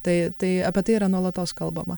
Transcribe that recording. tai tai apie tai yra nuolatos kalbama